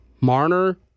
Marner